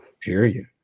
Period